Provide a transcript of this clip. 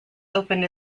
opened